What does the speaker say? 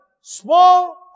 small